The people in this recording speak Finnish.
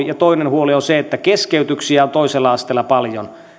ja toinen huoli on se että keskeytyksiä on toisella asteella paljon